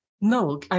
No